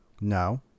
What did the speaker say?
no